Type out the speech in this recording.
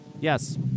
Yes